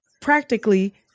practically